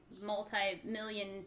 multi-million